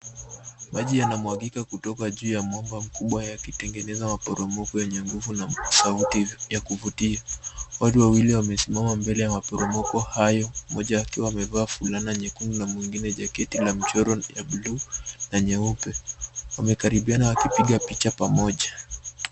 Maji yanamwagika kutoka juu ya mwambam kubwa ya kitengeneza waporomo yenye nguvu na sauti ya kuvutia. Watu wa wili wa mesimama mbele ya maporomo hayo, moja akiwa amefaa fulana na nyekundu na mwingine jaketi la mishoro ya blue na nyeupe. Wa mekaribia na wakipiga picha pamoja.